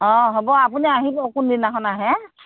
অ হ'ব আপুনি আহিব কোনদিনাখন আহে